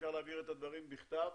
אפשר להעביר את הדברים בכתב.